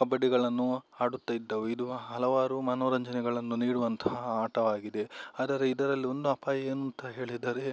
ಕಬ್ಬಡ್ಡಿಗಳನ್ನು ಆಡುತ್ತ ಇದ್ದವು ಇದು ಹಲವಾರು ಮನೋರಂಜನೆಗಳನ್ನು ನೀಡುವಂತಹ ಆಟವಾಗಿದೆ ಆದರೆ ಇದರಲ್ಲಿ ಒಂದು ಅಪಾಯ ಏನು ಅಂತ ಹೇಳಿದರೆ